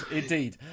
indeed